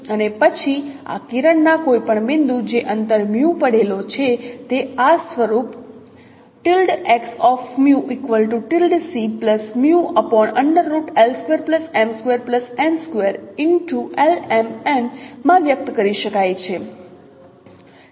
અને પછી આ કિરણ ના કોઈપણ બિંદુ જે અંતર પડેલો છે તે આ સ્વરૂપ માં વ્યક્ત કરી શકાય છે